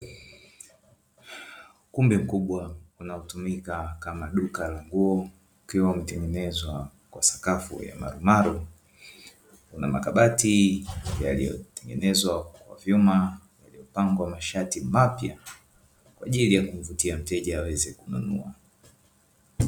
Ukumbi mkubwa unaotumika kama duka la nguo ukiwa umetengenezwa kwa sakafu ya marumaru, una makabati yaliyotengenezwa kwa vyuma umepangwa mashati mapya kwa ajili ya kumvutia mteja.